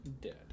Dead